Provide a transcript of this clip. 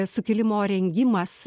sukilimo rengimas